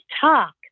talk